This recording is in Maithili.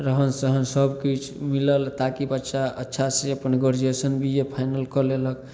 रहन सहन सबकिछु मिलल ताकि बच्चा अच्छासे अपन ग्रेजुएशन बी ए फाइनल कऽ लेलक